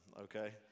okay